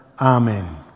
Amen